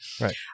Right